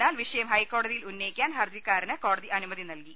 എന്നാൽ വിഷയം ഹൈക്കോടതിയിൽ ഉന്നയിക്കാൻ ഹർജിക്കാരന് കോടതി അനു മതി നൽകി